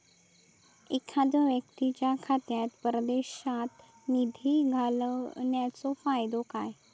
एखादो व्यक्तीच्या खात्यात परदेशात निधी घालन्याचो फायदो काय?